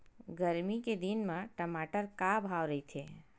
गरमी के दिन म टमाटर का भाव रहिथे?